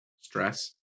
stress